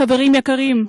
חברים יקרים,